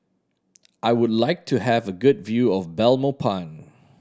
I would like to have a good view of Belmopan